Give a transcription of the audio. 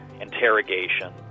interrogation